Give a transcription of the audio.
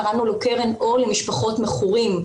קראנו לזה 'קרן אור למשפחות מכורים'.